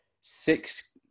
six